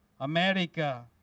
America